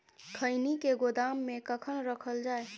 खैनी के गोदाम में कखन रखल जाय?